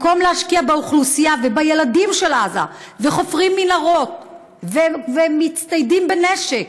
ובמקום להשקיע באוכלוסייה ובילדים של עזה חופרים מנהרות ומצטיידים בנשק,